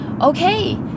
Okay